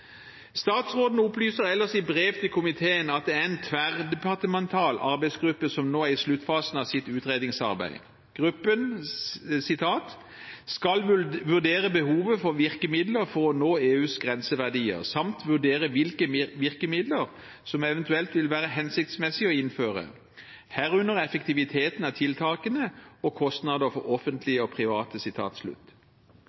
Statsråden opplyser ellers i brev til komiteen at det er en tverrdepartemental arbeidsgruppe som nå er i sluttfasen av sitt utredningsarbeid. Gruppen skal «vurdere behovet for virkemidler for å nå EU’s grenseverdier, samt vurdere hvilke virkemidler som evt. vil være hensiktsmessige å innføre, herunder effektiviteten av tiltakene og kostnader for